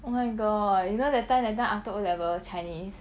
oh my god you know that time that time after O level chinese